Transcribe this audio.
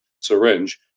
syringe